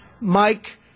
Mike